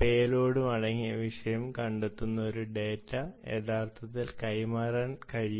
പേലോഡും അടങ്ങിയ വിഷയം കണ്ടെത്തുന്ന ഒരു ഡാറ്റ യഥാർത്ഥത്തിൽ കൈമാറാൻ കഴിയും